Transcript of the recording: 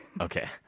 Okay